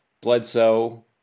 Bledsoe